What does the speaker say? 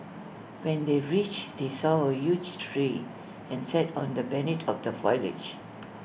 when they reached they saw A huge tree and sat on the beneath of the foliage